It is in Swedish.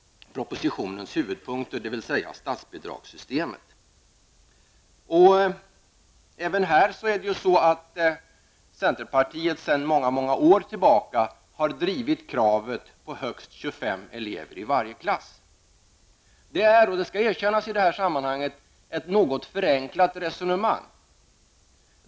Propositionens huvudpunkt är statsbidragssystemet. Även här har centerpartiet sedan många år tillbaka drivit kravet på högst 25 elever i varje klass. Det skall erkännas att det är ett något förenklat resonemang.